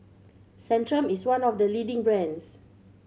centrum is one of the leading brands